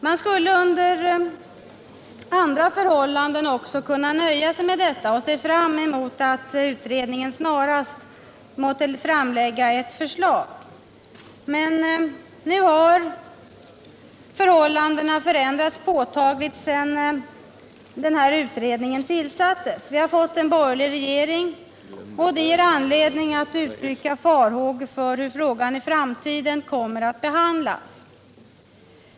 Man skulle under andra förhållanden kunna nöja sig med detta och se fram emot att utredningen snarast framlägger ett förslag. Nu har emellertid förhållandena ändrats påtagligt sedan utredningen tillsattes. Det har blivit en borgerlig regering, och det ger mig anledning att uttrycka farhågor för hur frågan kommer att behandlas i framtiden.